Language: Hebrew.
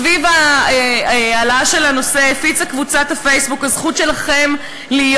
סביב ההעלאה של הנושא הפיצה קבוצת הפייסבוק "הזכות שלכם להיות